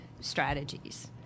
strategies